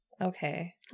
Okay